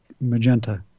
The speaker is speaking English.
magenta